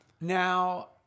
Now